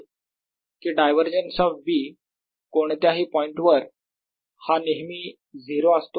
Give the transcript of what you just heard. Br0 Biot Savart's law Bio Savart's law पासून आपलं शोधून काढले कि डायवरजन्स ऑफ B कोणत्याही पॉईंटवर हा नेहमी 0 असतो